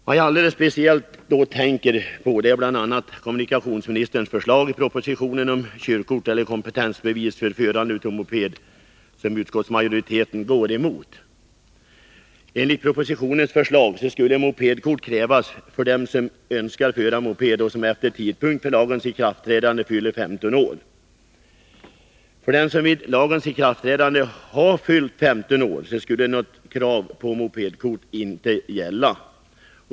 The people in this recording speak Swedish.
Jag tänker då speciellt på kommunikationsministerns förslag i propositionen om körkort eller kompetensbevis för förande av moped, som utskottsmajoriteten går emot. Enligt propositionens förslag skulle mopedkort krävas för dem som önskar föra moped och som efter lagens ikraftträdande fyller 15 år. För dem som vid lagens ikraftträdande har fyllt 15 år skulle något krav på mopedkort inte gälla.